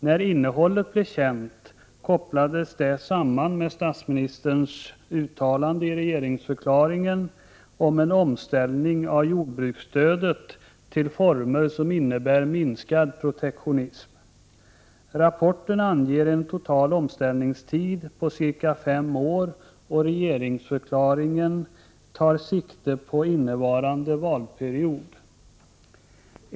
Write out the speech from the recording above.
När innehållet blev känt kopplades det samman med statsministerns uttalande i regeringsförklaringen om en omställning av jordbruksstödet till former som innebär minskad protektionism. Rapporten anger en total omställningstid på ca 5 år, och regeringsförklaringen tar sikte på innevarande valperiod.